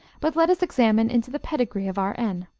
but let us examine into the pedigree of our n.